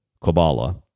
Kabbalah